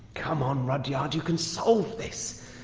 come on, rudyard. you can solve this.